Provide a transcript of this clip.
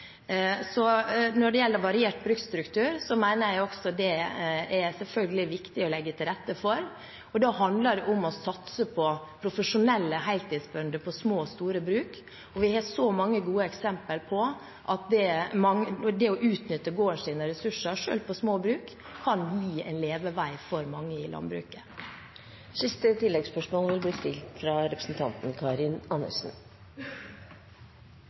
Når det gjelder variert bruksstruktur, mener jeg at også det er det viktig å legge til rette for, og da handler det om å satse på profesjonelle heltidsbønder på små og store bruk. Vi har så mange gode eksempler på at det å utnytte gårdens ressurser, selv på små bruk, kan gi en levevei for mange i landbruket.